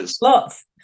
Lots